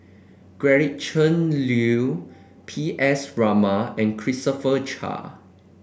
Gretchen Liu P S Raman and Christopher Chia